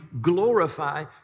glorify